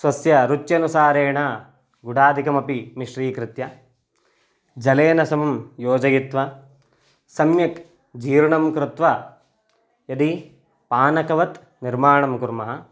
स्वस्य रुच्यनुसारेण गुडादिकमपि मिश्रीकृत्य जलेन समं योजयित्वा सम्यक् जीर्णं कृत्वा यदि पानकवत् निर्माणं कुर्मः